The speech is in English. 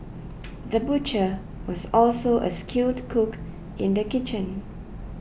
the butcher was also a skilled cook in the kitchen